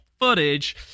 footage